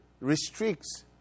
restricts